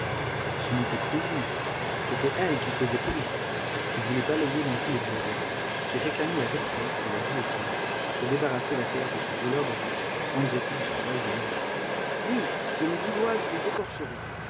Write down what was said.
ce n'était plus lui c'était elle qui causait politique qui voulait balayer d'un coup les bourgeois qui réclamait la république et la guillotine pour débarrasser la terre de ces voleurs de riches engraissés du travail des meurt-de-faim oui de mes dix doigts je les écorcherais